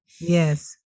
Yes